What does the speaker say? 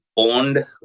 Owned